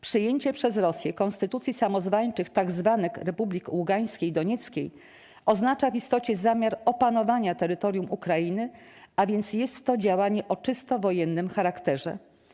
Przyjęcie przez Rosję konstytucji samozwańczych tzw. republik ługańskiej i donieckiej oznacza w istocie zamiar opanowania terytorium Ukrainy, a więc jest to działanie o czysto wojennym charakterze.